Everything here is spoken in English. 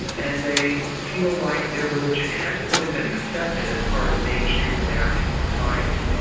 and they feel like their religion hasn't really been accepted as part of mainstream american society.